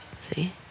See